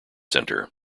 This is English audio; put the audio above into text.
centre